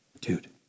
dude